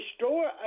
restore